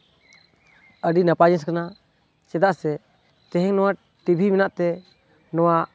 ᱟᱹᱰᱤ ᱱᱟᱯᱟᱭ ᱡᱤᱱᱤᱥ ᱠᱟᱱᱟ ᱪᱮᱫᱟᱜ ᱥᱮ ᱛᱮᱦᱮᱧ ᱱᱚᱣᱟ ᱴᱤᱵᱷᱤ ᱢᱮᱱᱟᱜ ᱛᱮ ᱱᱚᱣᱟ